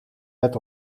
werd